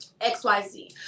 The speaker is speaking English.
xyz